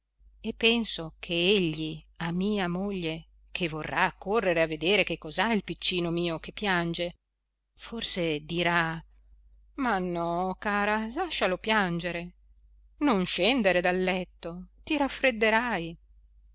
e penso che egli a mia moglie che vorrà accorrere a vedere che cos'ha il piccino mio che piange forse dirà ma no cara lascialo piangere non scendere dal letto ti raffredderai